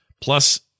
Plus